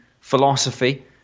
philosophy